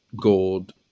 gold